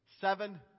seven